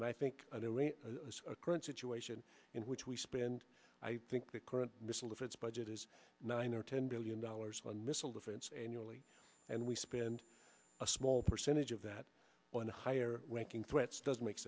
and i think a current situation in which we spend i think the current missile defense budget is nine or ten billion dollars on missile defense annually and we spend a small percentage of that on higher ranking threats doesn't make